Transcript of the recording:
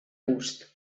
gust